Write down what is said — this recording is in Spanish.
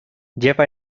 lleva